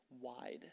wide